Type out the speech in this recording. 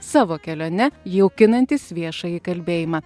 savo kelione jaukinantis viešąjį kalbėjimą